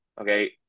okay